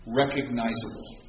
recognizable